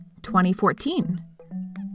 2014